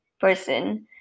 person